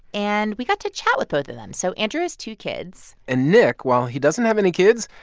and we got to chat with both of them. so andrew has two kids and nick, while he doesn't have any kids,